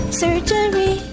surgery